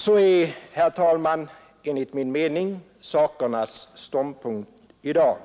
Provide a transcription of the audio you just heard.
Sådant är, herr talman, enligt min mening sakernas tillstånd i dag.